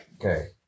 Okay